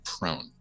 prone